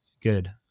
good